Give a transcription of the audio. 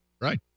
Right